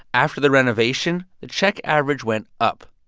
after the renovation, the check average went up.